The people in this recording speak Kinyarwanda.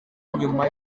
nyuma